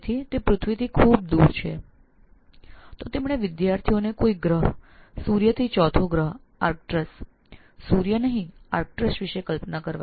તેઓએ વિદ્યાર્થીઓને કોઈ ગ્રહ વિષે કલ્પના કરવા કહયું તેઓએ વિદ્યાર્થીઓને કહ્યું કે સૂર્ય નહિ પણ સૂર્યથી ચોથો ગ્રહ એવા આર્કટ્રસ વિશે કલ્પના કરો